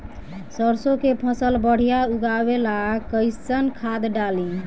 सरसों के फसल बढ़िया उगावे ला कैसन खाद डाली?